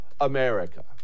America